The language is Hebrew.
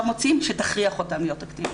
מוציאים שתכריח אותם להיות אקטיביים.